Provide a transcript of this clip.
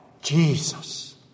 Jesus